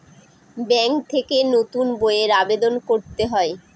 bank থেকে নতুন বইয়ের আবেদন করতে হয়